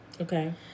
okay